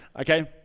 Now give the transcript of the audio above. Okay